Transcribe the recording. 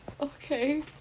Okay